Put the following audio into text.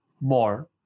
more